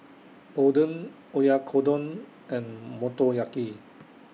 Oden Oyakodon and Motoyaki